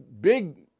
big